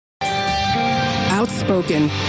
Outspoken